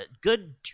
good